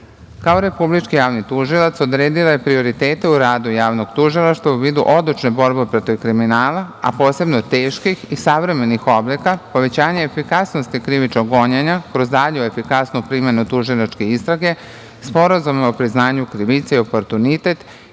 Republički javni tužilac, odredila je prioritete u radu Javnog tužilaštva u vidu odlučne borbe protiv kriminala, a posebno teških i savremenih oblika, povećanje efikasnosti krivičnog gonjenja kroz dalju efikasnu primenu tužilačke istrage, sporazuma o priznanju krivice i oportunitet